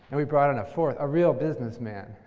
and we brought and a fourth, a real businessman,